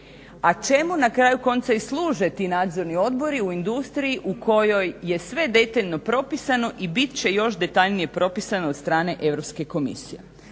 A čemu na kraju konca i služe ti nadzorni odbori u industriji u kojoj je sve detaljno propisano i bit će još detaljnije propisano od strane Europske komisije.